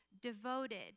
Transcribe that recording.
devoted